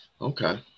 Okay